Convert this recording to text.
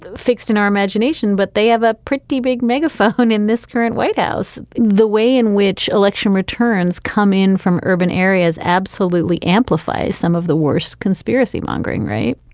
fixed in our imagination. but they have a pretty big megaphone in this current white house. the way in which election returns come in from urban areas absolutely amplifies some of the worst conspiracy mongering, right?